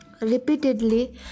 repeatedly